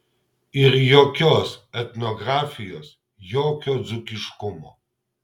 ir jokios etnografijos jokio dzūkiškumo